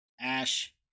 ash